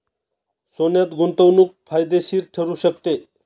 सोन्यात गुंतवणूक फायदेशीर ठरू शकते